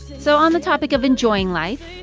so on the topic of enjoying life,